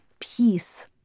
peace